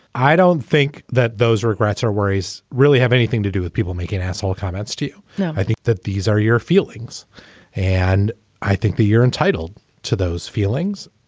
i don't think that those regrets or worries really have anything to do with people making asshole comments to you. know i think that these are your feelings and i think that you're entitled to those feelings.